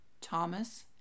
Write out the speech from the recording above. Thomas